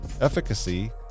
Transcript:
efficacy